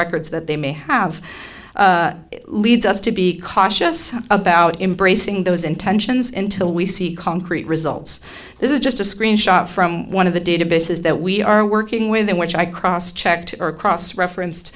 records that they may have leads us to be cautious about embracing those intentions in till we see concrete results this is just a screen shot from one of the databases that we are working with in which i cross checked or cross referenced